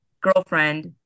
girlfriend